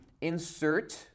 insert